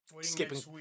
skipping